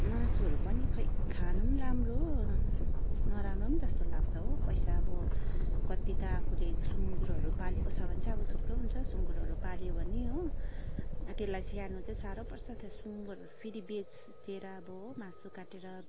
मासुहरू पनि खै खानु पनि राम्रो हो तर नराम्रो जस्तो लाग्छ हो पैसा अब कति त आफूले सुँगुरहरू पालेको छ भने चाहिँ अब थुप्रो हुन्छ सुँगुरहरू पाल्यो भने हो त्यसलाई स्याहार्नु चाहिँ साह्रो पर्छ सुँगुर फेरि बेचेर अब हो मासु काटेर